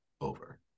over